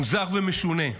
מוזר ומשונה,